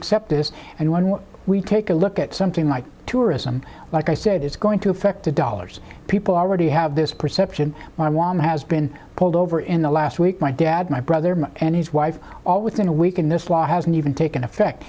accept this and one we take a look at something like two or ism like i said it's going to affect the dollars people already have this perception my mom has been pulled over in the last week my dad my brother and his wife all within a week and this law hasn't even taken effect